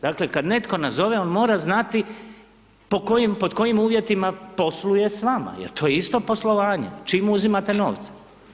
Dakle, kad netko nazove on mora znati pod kojim uvjetima posluje s vama, jer to je isto poslovanje, čim uzimate novce.